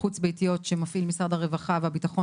חוץ ביתיות שמפעיל משרד הרווחה והביטחון